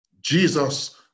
Jesus